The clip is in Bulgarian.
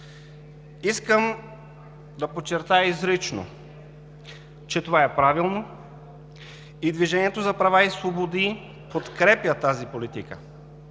Искам да подчертая изрично, че това е правилно и Движението за права и свободи подкрепя тази политика,